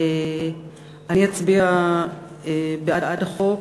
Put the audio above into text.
אני אצביע בעד החוק,